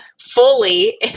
fully